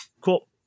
Cool